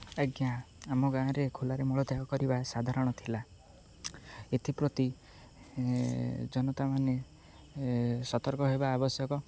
ଆଜ୍ଞା ଆମ ଗାଁରେ ଖୋଲାରେ ମଳତ୍ୟାଗ କରିବା ସାଧାରଣ ଥିଲା ଏଥିପ୍ରତି ଜନତାମାନେ ସତର୍କ ହେବା ଆବଶ୍ୟକ